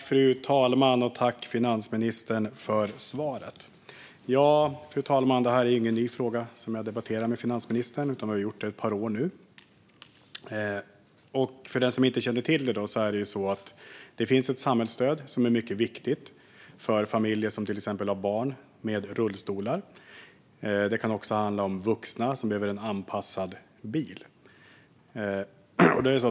Fru talman! Tack, finansministern, för svaret! Fru talman! Det här är ingen ny fråga som jag debatterar med finansministern. Det har vi gjort i ett par år nu. För den som inte känner till det kan jag berätta att det finns ett mycket viktigt samhällsstöd för familjer som till exempel har barn som behöver rullstolar. Det kan också handla om vuxna som behöver en anpassad bil.